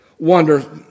wonder